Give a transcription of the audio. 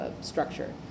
structure